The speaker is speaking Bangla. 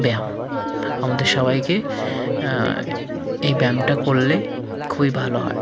ব্যায়াম আমাদের সবাইকে এই ব্যায়ামটা করলে খুবই ভালো হয়